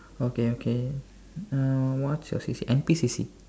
okay okay uh what's your C_C_A N_P_C_C